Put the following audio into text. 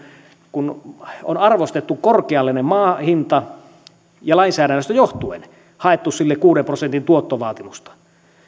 kun on arvostettu korkealle se maahinta ja lainsäädännöstä johtuen haettu sille kuuden prosentin tuottovaatimusta